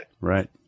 Right